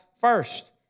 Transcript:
first